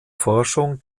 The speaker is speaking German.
forschung